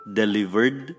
delivered